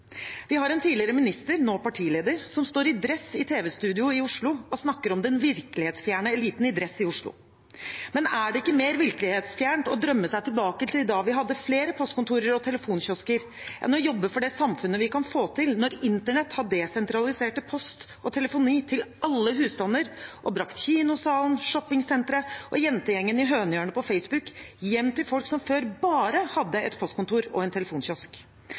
Vi har en tidligere minister, nå partileder, som står i dress i tv-studio i Oslo og snakker om den virkelighetsfjerne eliten i dress i Oslo. Men er det ikke mer virkelighetsfjernt å drømme seg tilbake til da vi hadde flere postkontorer og telefonkiosker, enn å jobbe for det samfunnet vi kan få til når internett har desentralisert post og telefoni til alle husstander, og brakt kinosalen, shoppingsenteret og jentegjengen i Hønehjørnet på Facebook hjem til folk, som før bare hadde et postkontor og en telefonkiosk?